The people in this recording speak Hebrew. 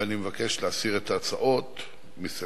ואני מבקש להסיר את ההצעה מסדר-היום.